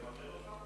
זה מטריד אותך?